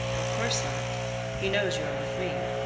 of course not he knows you are with me,